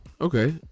okay